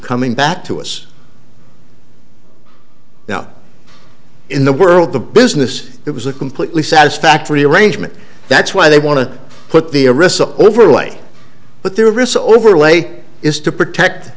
coming back to us now in the world the business it was a completely satisfactory arrangement that's why they want to put the original overlay but their wrists overlay is to protect